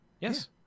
Yes